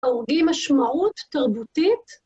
אורגי משמעות תרבותית.